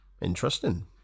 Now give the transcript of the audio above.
Interesting